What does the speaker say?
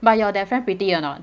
but your that friend pretty or not